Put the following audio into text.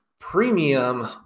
premium